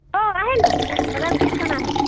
हो आहे ना बदाम शेक पण आहे